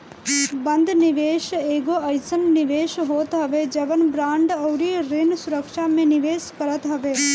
बंध निवेश एगो अइसन निवेश होत हवे जवन बांड अउरी ऋण सुरक्षा में निवेश करत हवे